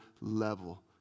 level